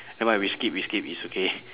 never mind we skip we skip it's okay